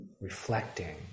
reflecting